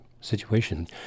situation